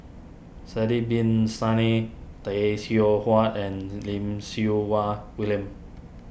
Sidek Bin Saniff Tay Seow Huah and Lim Siew Wai William